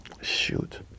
Shoot